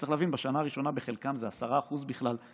צריך להבין, בשנה הראשונה בחלקם זה 10% בכלל,